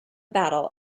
battle